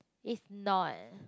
is not